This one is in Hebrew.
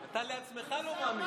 אתה עצמך לא מאמין בזה.